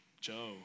Joe